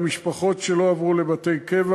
ביקורות על האופן שבו מופעל המוקד כבר היום.